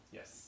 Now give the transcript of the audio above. Yes